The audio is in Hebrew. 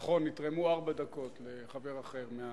נכון, נתרמו ארבע דקות לחבר אחר מהכנסת.